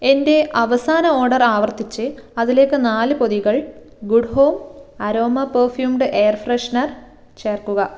എന്റെ അവസാന ഓർഡർ ആവർത്തിച്ച് അതിലേക്ക് നാല് പൊതികൾ good home aroma perfumed air freshener ചേർക്കുക